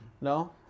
No